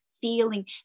feeling